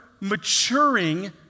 maturing